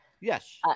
Yes